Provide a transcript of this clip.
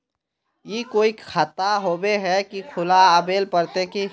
ई कोई खाता होबे है की खुला आबेल पड़ते की?